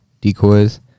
decoys